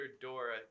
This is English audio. Dora